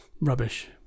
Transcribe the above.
rubbish